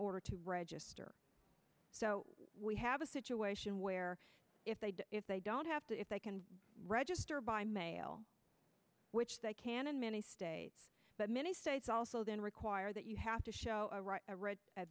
order to register so we have a situation where if they if they don't have to if they can register by mail which they can in many states but many states also then require that you have to show